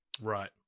Right